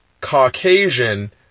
Caucasian